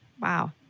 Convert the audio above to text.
Wow